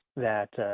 that